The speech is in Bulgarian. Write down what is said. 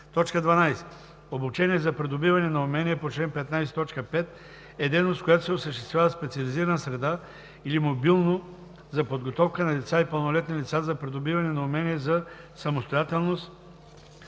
12. „Обучение за придобиване на умения“ по чл. 15, т. 5 е дейност, която се осъществява в специализирана среда или мобилно, за подготовка на деца и пълнолетни лица за придобиване на умения за самостоятелност,